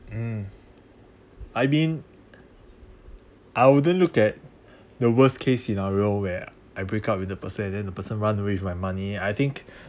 mm I mean I wouldn't look at the worst case scenario where I break up with the person and then the person run away with my money I think